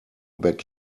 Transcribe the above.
beg